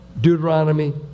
Deuteronomy